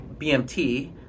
BMT